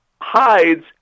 hides